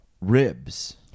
ribs